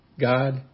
God